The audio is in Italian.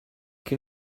che